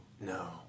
No